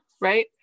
right